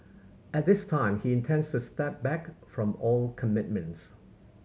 at this time he intends to step back from all commitments